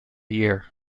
year